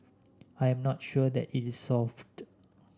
I am not sure that it is solved